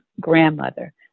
grandmother